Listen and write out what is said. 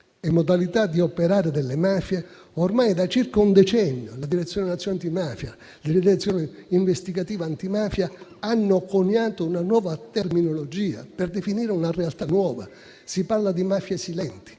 di essere e di operare delle mafie, ormai da circa un decennio la Direzione nazionale antimafia e la Direzione investigativa antimafia hanno coniato una nuova terminologia per definire una realtà nuova. Si parla di mafie silenti,